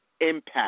impact